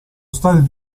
stati